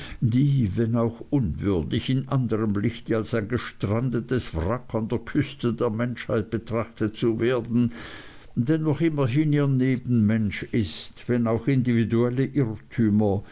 die wenn auch unwürdig in anderm lichte als ein gestrandetes wrack an der küste der menschheit betrachtet zu werden dennoch immerhin ihr nebenmensch ist wenn auch individuelle irrtümer